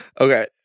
okay